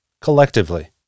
collectively